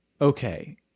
Okay